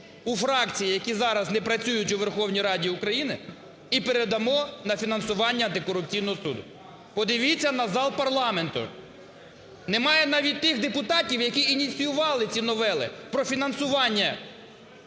у фракцій, які зараз не працюють у Верховній Раді України, і передамо на фінансування антикорупційного суду. Подивіться на зал парламенту. Немає навіть тих депутатів, які ініціювали ці новели про фінансування